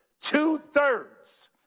two-thirds